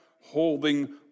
holding